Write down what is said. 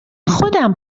خودم